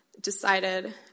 decided